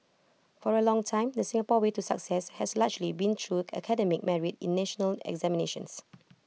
for A long time the Singapore way to success has largely been through academic merit in national examinations